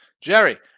Jerry